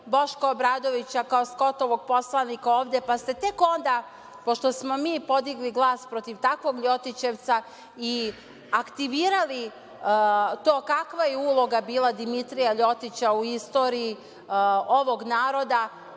Boška Obradovića kao Skotovog poslanika ovde, pa ste tek onda, pošto smo mi podigli glas protiv takvog Ljotićevca i aktivirali to kakva je uloga bila Dimitrija Ljotića u istoriji ovog naroda,